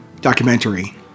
documentary